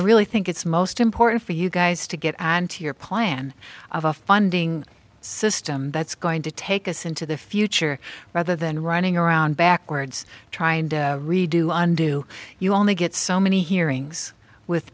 i really think it's most important for you guys to get on to your plan of a funding system that's going to take us into the future rather than running around backwards to try and redo undo you only get so many hearings with